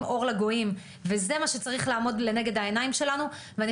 "אור לגויים" וזה מה שצריך לעמוד לנגד העיניים שלנו ואני